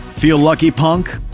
feel lucky, punk?